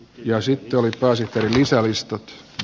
jo sitomista asetelmiensä listat